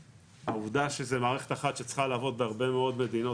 העובדה שזה מערכת אחת שצריכה לעבוד בהרבה מאוד מדינות